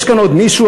יש כאן עוד מישהו,